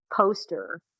poster